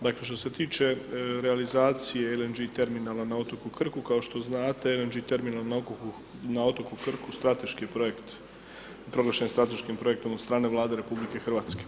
Dakle, što se tiče realizacije LNG terminala na otoku Krku, kao što znate LNG terminal na otoku Krku strateški je projekt, proglašen je strateškim projektom od strane Vlade RH.